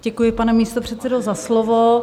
Děkuji, pane místopředsedo, za slovo.